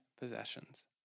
possessions